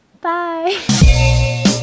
Bye